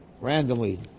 Randomly